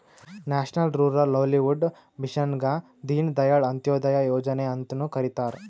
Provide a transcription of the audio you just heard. national rural livelihood ಮಿಷನ್ಗ ದೀನ್ ದಯಾಳ್ ಅಂತ್ಯೋದಯ ಯೋಜನೆ ಅಂತ್ನು ಕರಿತಾರ